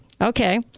Okay